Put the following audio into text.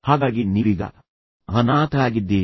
ಹಾಗಾಗಿ ನೀವೀಗ ಅನಾಥರಾಗಿದ್ದೀರಿ